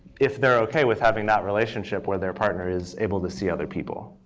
if they're ok with having that relationship where their partner is able to see other people.